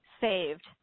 saved